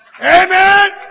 Amen